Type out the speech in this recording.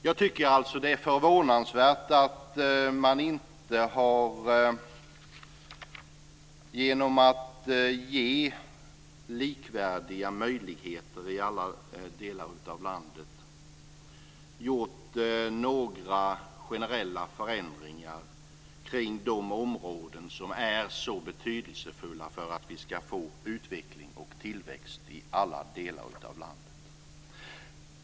Jag tycker alltså att det är förvånansvärt att man inte genom att ge likvärdiga möjligheter i alla delar av landet har gjort några generella förändringar kring de områden som är så betydelsefulla för att vi ska få utveckling och tillväxt i alla delar av landet.